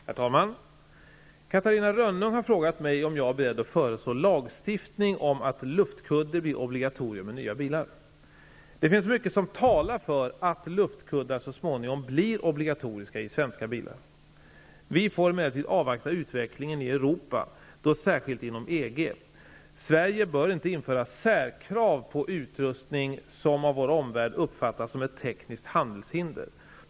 Herr talman! Catarina Rönnung har frågat mig om jag är beredd att föreslå lagstiftning om att luftkudde blir obligatorium i nya bilar. Det finns mycket som talar för att luftkuddar så småningom blir obligatoriska i svenska bilar. Vi får emellertid avvakta utvecklingen i Europa -- särskilt inom EG. Sverige bör inte införa särkrav på utrustning som av vår omvärld uppfattas som ett tekniskt handelshinder.